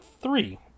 three